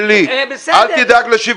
בסדר.